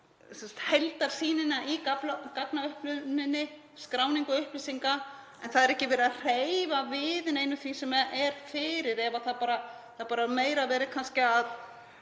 heildarsýnina í gagnaöfluninni og skráningu upplýsinga en það er ekki verið að hreyfa við neinu því sem er fyrir, það er meira verið að